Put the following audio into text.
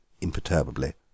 imperturbably